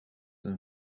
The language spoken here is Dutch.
een